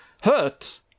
hurt